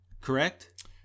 Correct